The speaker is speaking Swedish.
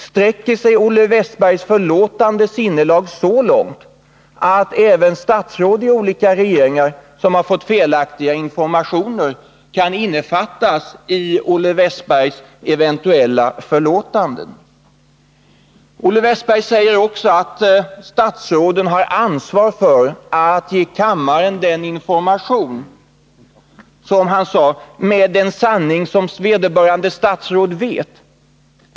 Sträcker sig hans förlåtande sinnelag så långt att även statsråd i olika regeringar, som har fått felaktiga informationer, kan innefattas i hans eventuella misskund? Statsråden har ansvaret för att kammaren får information vilken, som han själv sade, är sann såvitt vederbörande statsråd vet.